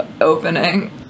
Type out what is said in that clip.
opening